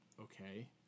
Okay